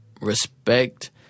respect